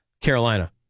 Carolina